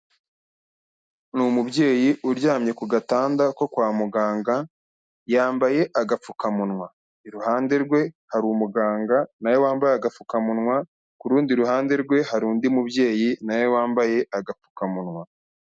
Ni umubyeyi uryamye ku gatanda ko kwa muganga yambaye agapfukamunwa, iruhande rwe hari umuganga na we wambaye agapfukamunwa, ku rundi ruhande rwe hari undi mubyeyi nawe wambaye agapfukamunwa.